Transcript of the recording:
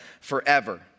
forever